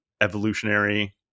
evolutionary